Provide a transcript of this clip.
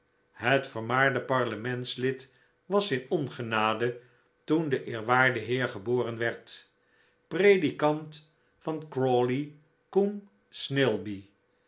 het vermaarde parlementslid was in ongenade toen de eerwaarde heer geboren werd predikant van crawley cum snailby